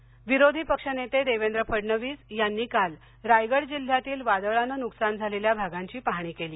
फडणविस विरोधी पक्ष नेते देवेंद्र फडणवीस यांनी काल रायगड जिल्ह्यातील वादळाने नुकसान झालेल्या भागांची पाहणी केली